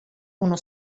uno